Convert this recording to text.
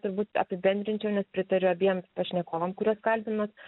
turbūt apibendrinčiau nes pritariu abiem pašnekovams kuriuos kalbinot